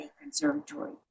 conservatory